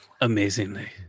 amazingly